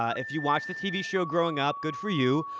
if you watched the tv show growing up, good for you.